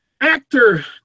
actor